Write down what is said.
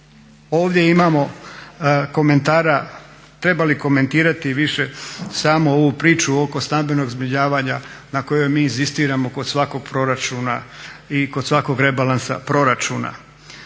ovdje imamo komentara, treba li komentirati više samo ovu priču oko stambenog zbrinjavanja na kojoj mi inzistiramo kod svakog proračuna